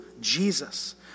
Jesus